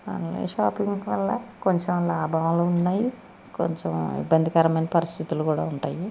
online shopping వల్ల కొంచెం లాభాలు ఉన్నాయి కొంచెం ఇబ్బందికరమైన పరిస్థితులు కూడా ఉంటాయి